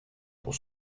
pour